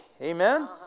Amen